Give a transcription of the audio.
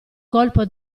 colpo